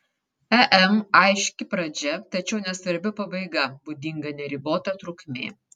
em aiški pradžia tačiau nesvarbi pabaiga būdinga neribota trukmė